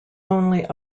only